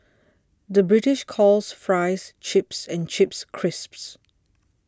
the British calls Fries Chips and Chips Crisps